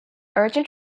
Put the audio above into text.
urgent